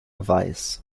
weiß